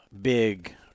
big